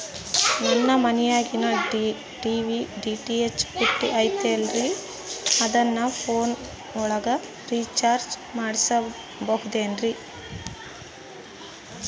ನಮ್ಮ ಮನಿಯಾಗಿನ TV DTH ಪುಟ್ಟಿ ಐತಲ್ರೇ ಅದನ್ನ ನನ್ನ ಪೋನ್ ಒಳಗ ರೇಚಾರ್ಜ ಮಾಡಸಿಬಹುದೇನ್ರಿ?